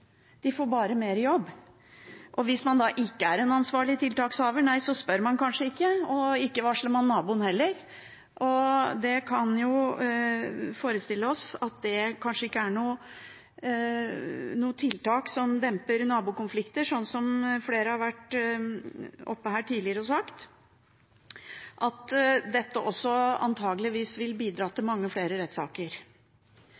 de skal gjøre – de får bare mer jobb. Hvis man ikke er en ansvarlig tiltakshaver, spør man kanskje ikke, og ikke varsler man naboen, heller. Vi kan forestille oss at det kanskje ikke er noe tiltak som demper nabokonflikter, slik som flere har vært inne på her tidligere, og at dette også antakeligvis vil bidra til